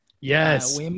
Yes